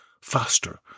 faster